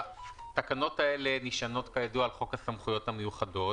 התקנות האלה נשענות כידוע על חוק הסמכויות המיוחדות,